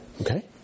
okay